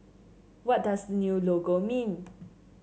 what does new logo mean